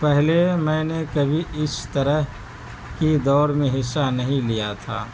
پہلے میں نے کبھی اس طرح کی دوڑ میں حصہ نہیں لیا تھا